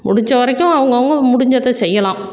முடிஞ்ச வரைக்கும் அவங்கவுங்க முடிஞ்சதை செய்யலாம்